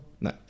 No